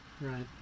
right